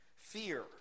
Fear